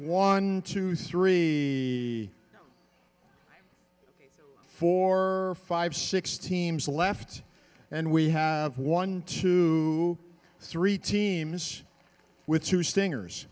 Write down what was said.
one two three four five six teams left and we have one two three teams with two stingers